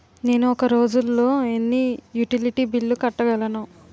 నేను ఒక రోజుల్లో ఎన్ని యుటిలిటీ బిల్లు కట్టగలను?